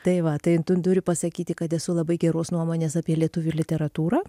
tai va tai tu turiu pasakyti kad esu labai geros nuomonės apie lietuvių literatūrą